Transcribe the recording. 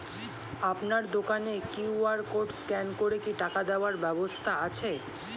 আপনার দোকানে QR code scan করে কি টাকা দেওয়ার ব্যবস্থা আছে?